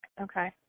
okay